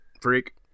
Freak